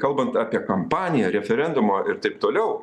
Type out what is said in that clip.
kalbant apie kampaniją referendumą ir taip toliau